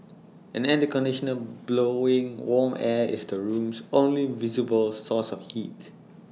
an air conditioner blowing warm air was the room's only visible source of heat